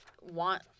want